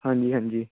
ਹਾਂਜੀ ਹਾਂਜੀ